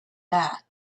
that